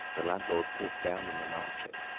the landlord sits down in an armchair,